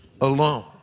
alone